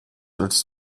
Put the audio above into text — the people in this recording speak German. als